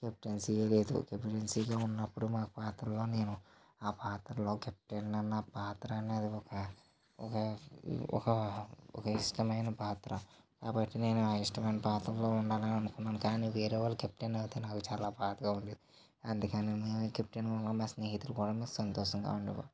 కెప్టెన్సీయే లేదు కెప్టెన్సీ గా ఉన్నప్పుడు మా పాత్రలో నేను ఆ పాత్రలో కెప్టెన్ అనే పాత్ర అనేది ఒక ఒక ఇష్టమైన పాత్ర కాబట్టి నేను ఆ ఇష్టమైన పాత్రలో ఉండాలి అనుకున్నాను కానీ వేరేవాళ్ళు కెప్టెన్ అయితే నాకు చాలా బాధగా ఉంది అందుకని నేను కెప్టెన్గా ఉన్నా మా స్నేహితులు కూడా సంతోషంగా ఉండేవారు